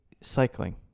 cycling